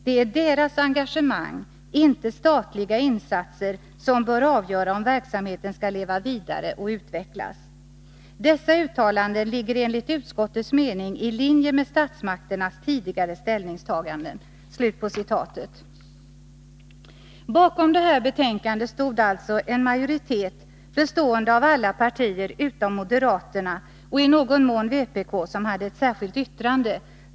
Det är deras engagemang, inte statliga insatser, som bör avgöra om verksamheten skall leva vidare och utvecklas. Dessa uttalanden ligger enligt utskottets mening i linje med statsmakternas tidigare ställningstaganden.” Bakom detta betänkande stod alltså en majoritet bestående av alla partier utom moderaterna och i någon mån vpk, som hade ett särskilt yttrande.